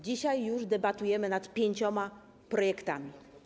Dzisiaj już debatujemy nad pięcioma projektami.